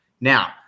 Now